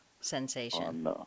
sensation